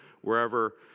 wherever